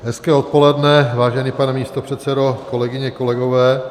Hezké odpoledne, vážený pane místopředsedo, kolegyně, kolegové.